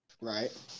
Right